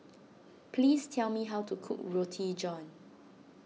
please tell me how to cook Roti John